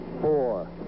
four